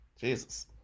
Jesus